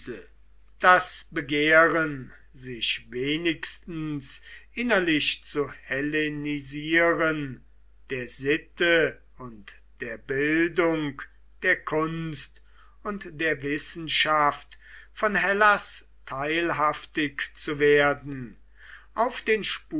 das begehren sich wenigstens innerlich zu hellenisieren der sitte und der bildung der kunst und der wissenschaft von hellas teilhaftig zu werden auf den